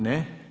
Ne.